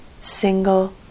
single